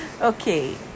Okay